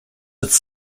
its